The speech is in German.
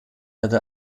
erde